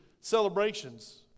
celebrations